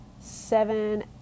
seven